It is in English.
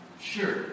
Sure